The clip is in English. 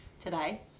today